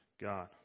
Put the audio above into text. God